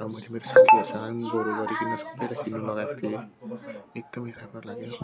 र मैले मेरो साथीहरूसँग पनि जोड गरिकन सबैलाई किन्न लगाएको थिएँ एकदमै राम्रो लाग्यो